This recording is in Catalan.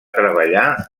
treballar